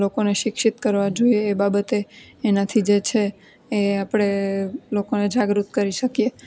લોકોને શિક્ષિત કરવાં જોઈએ એ બાબતે એનાથી જે છે એ આપણે લોકોને જાગૃત કરી શકીએ